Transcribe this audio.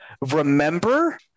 remember